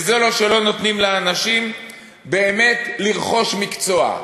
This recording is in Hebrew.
בזה שלא נותנים לאנשים באמת לרכוש מקצוע.